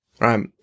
right